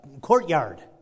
courtyard